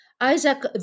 Isaac